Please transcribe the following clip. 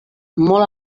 molt